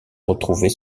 retrouver